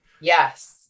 Yes